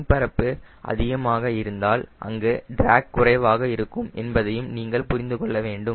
wing பரப்பு அதிகமாக இருந்தால் அங்கு டிராக் குறைவாக இருக்கும் என்பதையும் நீங்கள் புரிந்து கொள்ள வேண்டும்